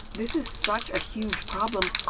this is such a huge problem,